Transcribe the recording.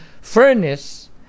furnace